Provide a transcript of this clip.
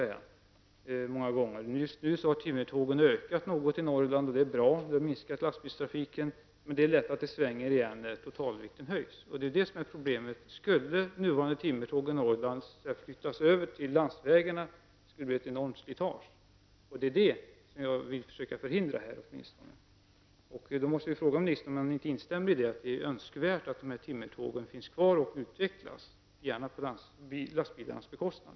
Antalet timmertåg har nyligen ökat något i Norrland, och det är bra. Det har minskat lastbilstrafiken. Men detta kan lätt svänga igen när totalvikten höjs, och det är detta som är problemet. Skulle de transporter som sker med de nuvarande timmertågen flyttas över till landsvägarna skulle det bli ett enormt slitage. Det är detta som jag vill försöka förhindra. Jag måste fråga kommunikationsministern om han inte instämmer i att det är önskvärt att dessa timmertåg finns kvar och utvecklas -- gärna på lastbilarnas bekostnad.